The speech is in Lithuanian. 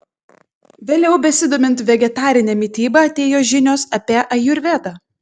vėliau besidomint vegetarine mityba atėjo žinios apie ajurvedą